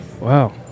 Wow